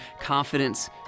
confidence